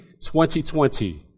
2020